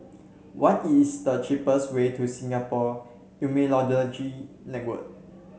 what is the cheapest way to Singapore Immunology Network